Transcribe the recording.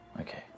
Okay